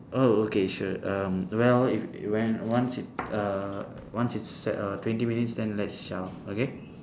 oh okay sure um well if it went once it uh once it's set uh twenty minutes then let's chao okay